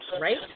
right